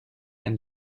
ein